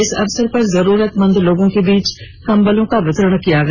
इस अवसर पर जरूरतमंद लोगों के बीच कंबल का वितरण किया गया